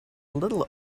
little